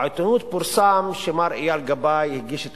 בעיתונות פורסם שמר אייל גבאי הגיש את